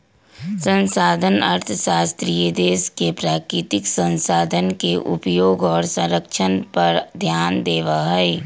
संसाधन अर्थशास्त्री देश के प्राकृतिक संसाधन के उपयोग और संरक्षण पर ध्यान देवा हई